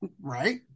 Right